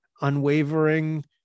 unwavering